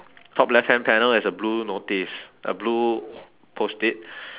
top left hand panel is a blue notice a blue Post-it